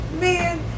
man